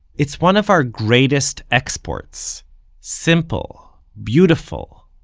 it's one of our greatest exports simple, beautiful,